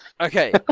Okay